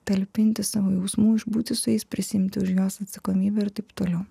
talpinti savo jausmų išbūti su jais prisiimti už juos atsakomybę ir taip toliau